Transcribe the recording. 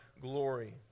glory